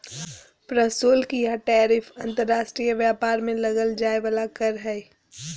प्रशुल्क या टैरिफ अंतर्राष्ट्रीय व्यापार में लगल जाय वला कर हइ